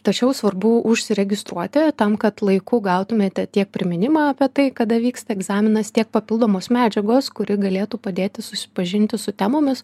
tačiau svarbu užsiregistruoti tam kad laiku gautumėte tiek priminimą apie tai kada vyksta egzaminas tiek papildomos medžiagos kuri galėtų padėti susipažinti su temomis